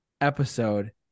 episode